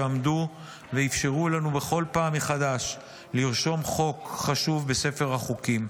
שעמדו ואפשרו לנו בכל פעם מחדש לרשום חוק חשוב בספר החוקים.